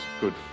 good